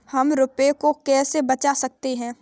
हम रुपये को कैसे बचा सकते हैं?